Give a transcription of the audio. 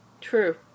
true